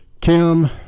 Kim